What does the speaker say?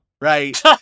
Right